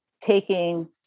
taking